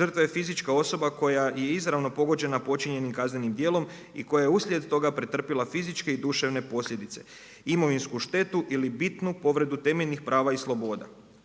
žrtva je fizička osoba koja je i izravno pogođena počinjenim kaznenim djelom i koja je uslijed toga pretrpjela fizičke i duševne posljedice, imovinsku štetu ili bitnu povredu temeljnih prava i sloboda,